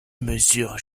mesurent